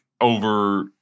over